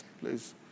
Please